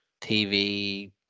TV